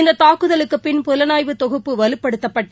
இந்தத் தாக்குதலுக்குப் பின் புலனாய்வு தொகுப்பு வலுப்படுத்தப்பட்டு